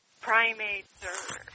primates